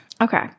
Okay